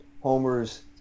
Homer's